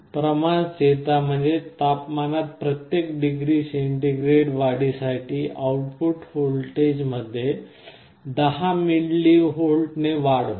प्रमाण स्थिरता म्हणजे तापमानात प्रत्येक डिग्री सेंटीग्रेड वाढीसाठी आउटपुट व्होल्टेजमध्ये 10 मिलीव्होल्टने वाढ होते